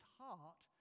heart